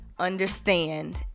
understand